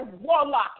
warlock